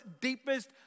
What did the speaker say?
deepest